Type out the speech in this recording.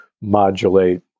modulate